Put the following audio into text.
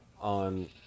on